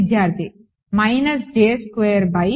విద్యార్థి minus j square by